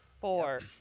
Four